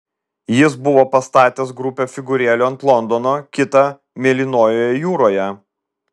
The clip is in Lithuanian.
jis buvo pastatęs grupę figūrėlių ant londono kitą mėlynoje jūroje